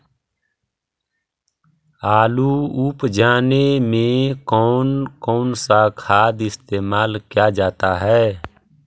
आलू उप जाने में कौन कौन सा खाद इस्तेमाल क्या जाता है?